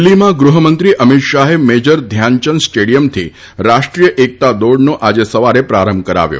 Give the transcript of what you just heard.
દિલ્ફીમાં ગૃહમંત્રી અમીત શાહે મેજર ધ્યાનચંદ સ્ટેડિયમથી રાષ્ટ્રીય એકતા દોડનો આજે સવારે પ્રારંભ કરાવ્યો